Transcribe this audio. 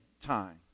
time